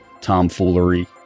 tomfoolery